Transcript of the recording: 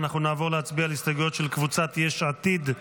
ואנחנו נעבור להצביע על הסתייגויות של קבוצת יש עתיד.